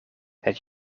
het